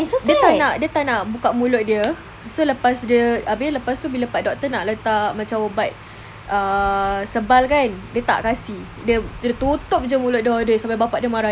dia tak nak dia tak nak buka mulut dia so lepas dia abeh lepas tu bila part doctor nak letak macam ubat err sebal kan dia tak kasi dia tutup jer mulut dia all the way sampai bapa dia marah dia